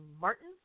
Martin